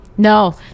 No